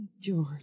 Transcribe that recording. George